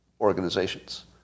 organizations